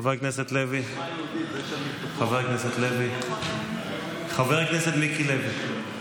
חבר הכנסת לוי, חבר הכנסת מיקי לוי,